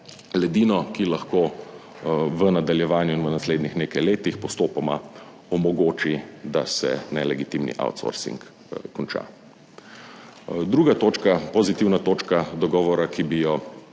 ledino, ki lahko v nadaljevanju in v naslednjih nekaj letih postopoma omogoči, da se nelegitimni outsoursing konča. Druga točka, pozitivna točka dogovora, ki bi jo